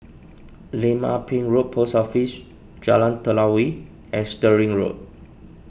Lim Ah Pin Road Post Office Jalan Telawi and Stirling Road